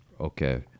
Okay